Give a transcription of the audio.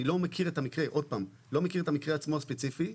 אני לא מכיר את המקרה עצמו הספציפי,